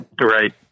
Right